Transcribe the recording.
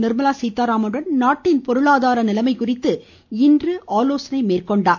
நிர்மலா சீதாராமனுடன் நாட்டின் பொருளாதார நிலைமை குறித்து இன்று ஆலோசனை மேற்கொண்டார்